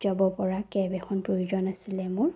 যাব পৰা কেব এখন প্ৰয়োজন আছিলে মোৰ